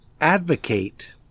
advocate